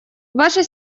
ваша